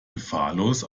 gefahrlos